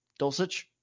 Dulcich